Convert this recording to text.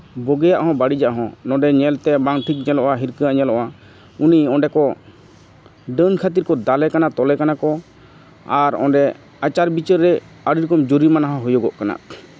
ᱵᱩᱜᱤᱭᱟᱜ ᱦᱚᱸ ᱵᱟᱹᱲᱤᱡᱟᱜ ᱦᱚᱸ ᱱᱚᱸᱰᱮ ᱧᱮᱞᱛᱮ ᱵᱟᱝ ᱴᱷᱤᱠ ᱧᱮᱞᱚᱜᱼᱟ ᱦᱤᱨᱠᱷᱟᱹ ᱟᱜ ᱧᱮᱞᱚᱜᱼᱟ ᱩᱱᱤ ᱚᱸᱰᱮ ᱠᱚ ᱰᱟᱹᱱ ᱠᱷᱟᱹᱛᱤᱨ ᱠᱚ ᱫᱟᱞᱮ ᱠᱟᱱᱟ ᱛᱚᱞᱮ ᱠᱟᱱᱟ ᱠᱚ ᱟᱨ ᱚᱸᱰᱮ ᱟᱪᱟᱨ ᱵᱤᱪᱟᱹᱨ ᱨᱮ ᱟᱹᱰᱤᱨᱚᱠᱚᱢ ᱡᱩᱨᱤᱢᱟᱱᱟ ᱦᱚᱸ ᱦᱩᱭᱩᱜᱚᱜ ᱠᱟᱱᱟ